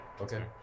Okay